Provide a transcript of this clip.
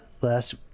last